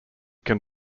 can